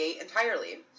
entirely